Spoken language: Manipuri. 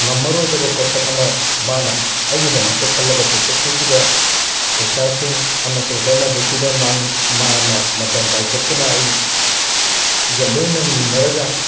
ꯉꯝꯃꯔꯣꯏꯗꯕ ꯄꯣꯠꯁꯛ ꯑꯃ ꯃꯥꯅ ꯑꯩꯒꯤꯗꯃꯛꯇ ꯈꯜꯂꯒ ꯄꯨꯊꯣꯛꯄꯤꯈꯤꯕ ꯄꯩꯁꯥꯁꯤꯡ ꯑꯃꯁꯨꯡ ꯍꯣꯠꯅꯕꯤꯈꯤꯕ ꯃꯥꯅ ꯃꯇꯝ ꯀꯥꯏꯊꯣꯛꯇꯨꯅ ꯑꯩꯒ ꯂꯣꯏꯅꯃꯤꯟꯅꯔꯒ